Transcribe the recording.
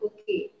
Okay